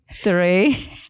Three